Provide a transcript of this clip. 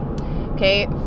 Okay